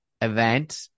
event